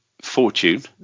fortune